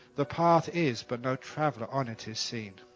the path is, but no traveller on it is seen'.